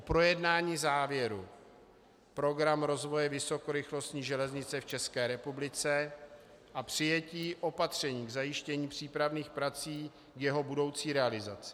projednání závěru Program rozvoje vysokorychlostní železnice v ČR a přijetí opatření k zajištění přípravných prací jeho budoucí realizace;